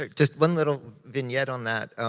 like just one little vignette on that.